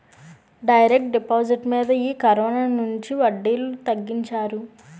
direct deposit మీద ఈ కరోనొచ్చినుంచి వడ్డీలు తగ్గించారు